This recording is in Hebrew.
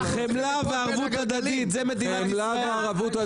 חמלה וערבות הדדית, זה מדינת ישראל.